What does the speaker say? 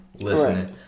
listening